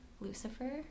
Lucifer